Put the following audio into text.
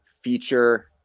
feature